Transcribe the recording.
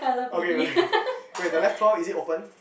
okay right wait the left claw is it open